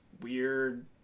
weird